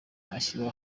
ishyirwa